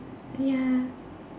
ya